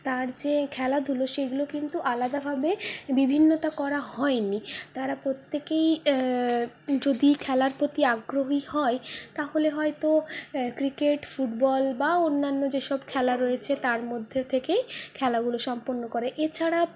তার যে খেলাধুলো সেগুলো কিন্তু আলাদাভাবে বিভিন্নতা করা হয়নি তারা প্রত্যেকেই যদি খেলার প্রতি আগ্রহী হয় তাহলে হয়তো ক্রিকেট ফুটবল বা অন্যান্য যেসব খেলা রয়েছে তার মধ্যে থেকেই খেলাগুলো সম্পন্ন করে এছাড়া